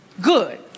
Good